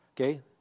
Okay